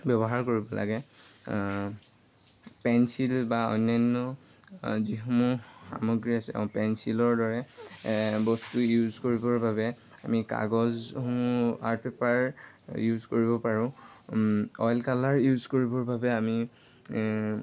ব্যৱহাৰ কৰিব লাগে পেঞ্চিল বা অন্যান্য যিসমূহ সামগ্ৰী আছে পেঞ্চিলৰ দৰে বস্তু ইউজ কৰিবৰ বাবে আমি কাগজসমূহ আৰ্ট পেপাৰ ইউজ কৰিব পাৰোঁ অইল কালাৰ ইউজ কৰিবৰ বাবে আমি